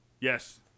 Yes